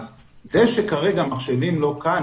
העובדה שכרגע המחשבים לא כאן?